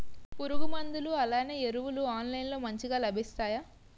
పురుగు మందులు అలానే ఎరువులు ఆన్లైన్ లో మంచిగా లభిస్తాయ?